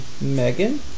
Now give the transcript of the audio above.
Megan